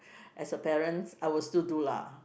as a parents I will still do lah